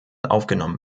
aufgenommen